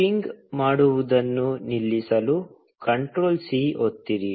ping ಮಾಡುವುದನ್ನು ನಿಲ್ಲಿಸಲು control C ಒತ್ತಿರಿ